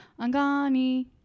Angani